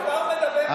אתה מדבר כאן,